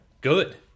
good